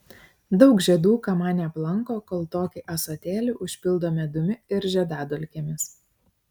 daug žiedų kamanė aplanko kol tokį ąsotėlį užpildo medumi ir žiedadulkėmis